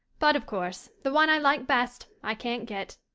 but, of course, the one i like best i can't get.